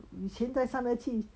以前在三二七